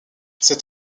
cet